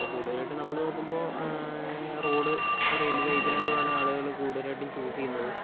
ഇപ്പോൾ കൂടുതലായിട്ടും നമ്മൾ നോക്കുമ്പോൾ റോഡ് റെയിൽ വേ ഇത് രണ്ടുമാണ് ആളുകൾ കുടുതലായിട്ടും ചൂസ് ചെയ്യുന്നത്